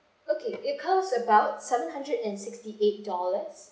okay it cost about seven hundred and sixty-eight dollars